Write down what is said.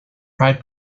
pride